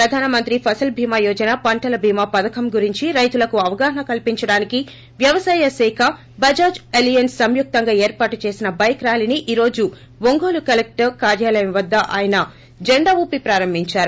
ప్రధాన మంత్రి ఫసల్ భీమా యోజన పంటల్ భీమా పథకం గురించి రైతులకు అవగాహన కల్పించడానికి వ్యవసాయ శాఖ బజాజ్ అలియన్స్ సంయుక్తంగా ఏర్పాటు చేసిన బైక్ ర్యాలీని ఈ రోజు ఒంగోలు కలెక్షర్ కార్యాలయం వద్ద ఆయన జెండా ఊపి ప్రారంభించారు